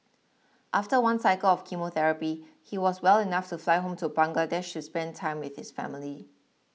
after one cycle of chemotherapy he was well enough to fly home to Bangladesh to spend time with his family